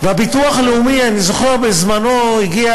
אני זוכר, בזמנו הגיע